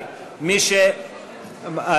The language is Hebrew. האם הממשלה מסכימה לקיים את